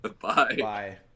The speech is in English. Bye